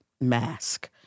mask